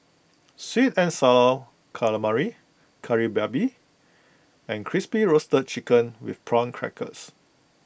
Sweet and Sour Calamari Kari Babi and Crispy Roasted Chicken with Prawn Crackers